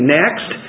next